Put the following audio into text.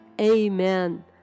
amen